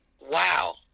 wow